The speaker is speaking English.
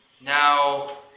Now